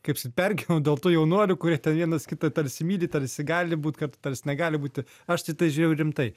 kaip sakyt pergyvenau dėl tų jaunuolių kurie ten vienas kitą tarsi myli tarsi gali būt kad tarsi negali būti aš tai į tai žiūrėjau rimtai